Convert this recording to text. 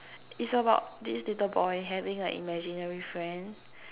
is about this little boy having an imaginary friend